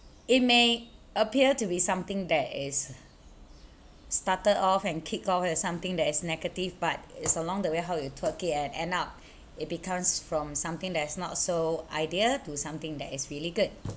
it may appear to be something that is started off and kicked off as something that is negative but is along the way how you took it and end up it becomes from something that is not so ideal to something that is really good